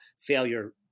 failure